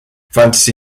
fantasy